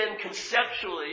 conceptually